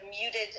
muted